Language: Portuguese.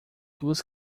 duas